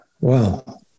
wow